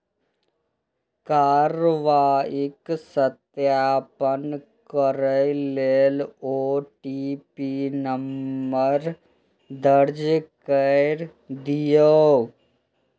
कार्रवाईक सत्यापन करै लेल ओ.टी.पी नंबर दर्ज कैर दियौ